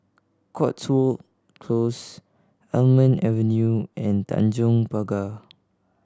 Cotswold Close Almond Avenue and Tanjong Pagar